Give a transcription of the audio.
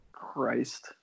Christ